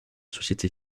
société